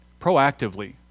Proactively